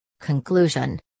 Conclusion